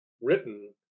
written